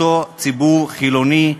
אותו ציבור חילוני,